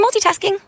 multitasking